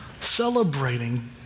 Celebrating